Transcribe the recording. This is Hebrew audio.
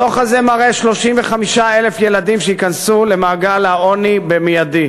הדוח הזה מראה 35,000 ילדים שייכנסו למעגל העוני מייד.